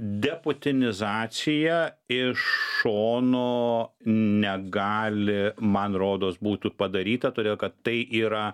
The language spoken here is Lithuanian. deputinizacija iš šono negali man rodos būti padaryta todėl kad tai yra